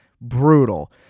Brutal